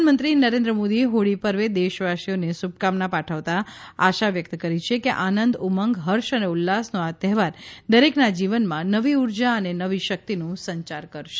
પ્રધાનમંત્રી નરેન્દ્ર મોદીએ હોળી પર્વે દેશવાસીઓને શુભકામના પાઠવતા આશા વ્યક્ત કરી છે કે આનંદ ઉમંગ હર્ષ અને ઉલ્લાસનો આ તહેવાર દરેકના જીવનમાં નવી ઉર્જા અને નવી શક્તિનું સંચાર કરશે